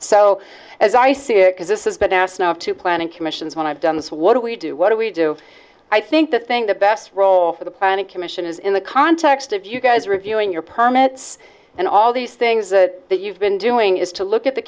so as i see it because this is but now it's now up to planning commissions when i've done this what do we do what do we do i think the thing the best role for the planning commission is in the context of you guys reviewing your permits and all these things that you've been doing is to look at the